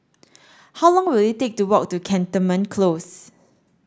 how long will it take to walk to Cantonment Close